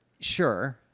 sure